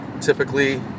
typically